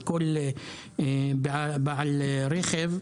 לכל בעל רכב,